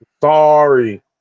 Sorry